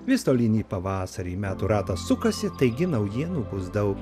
vis tolyn į pavasarį metų ratas sukasi taigi naujienų bus daug